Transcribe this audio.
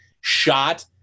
shot